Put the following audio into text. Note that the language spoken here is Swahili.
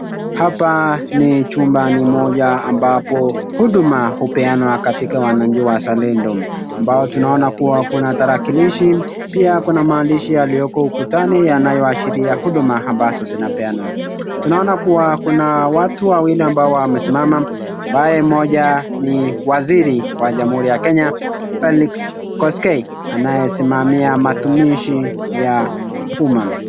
Hapa ni chumbani moja ambapo huduma hupeanwa katika wananchi wazalendo ambao tunaona kuwa kuna tarakilishi pia kuna maandishi yaliyoko ukutani yanayoashiria huduma ambazo zinapeanwa , tunaona kuwa kuna watu wawili ambao wamesimama ambaye mmoja ni waziri wa jamhuri ya Kenya ,Felix Kosgei anayesimamia matumizi ya uma.